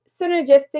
synergistic